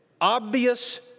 obvious